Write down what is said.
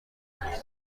میخونن